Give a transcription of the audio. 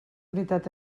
unitat